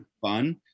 Fun